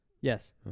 Yes